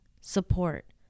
support